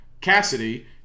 Cassidy